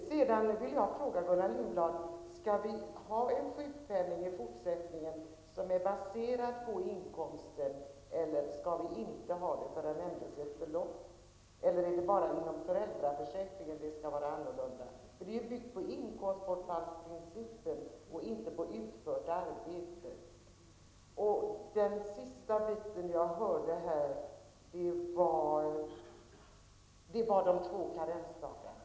Sedan vill jag fråga Gullan Lindblad: Skall vi i fortsättningen ha en sjukpenning som är baserad på inkomsten eller skall vi inte ha det, eller är det bara inom föräldraförsäkringen det skall vara annorlunda? Det är byggt på inkomstbortfallsprincipen och inte på utfört arbete. Det sista jag hörde sägas handlade om de två karensdagarna.